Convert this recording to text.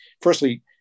firstly